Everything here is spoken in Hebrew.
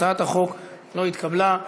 הצעת החוק לא התקבלה.